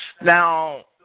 Now